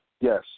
Yes